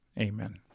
Amen